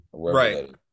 Right